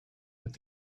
with